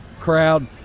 crowd